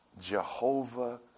Jehovah